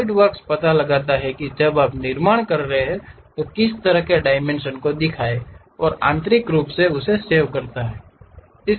SolidWorks पता लगाता है कि जब आप निर्माण कर रहे हैं तो किस तरह के डायमेंशन को दिखाता है और आंतरिक रूप से उसे सेव करता है